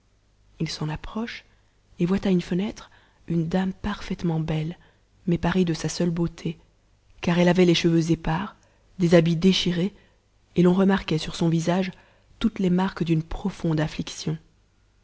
h s'en approche et voit à une fenêtre une dame parfaitement belle mais parée de sa seule beauté car elle avait les cheveux épars des habits déchirés et l'on remarquait sur son visage toutes les marques d'une profonde affliction